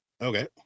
Okay